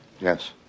Yes